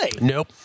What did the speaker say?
Nope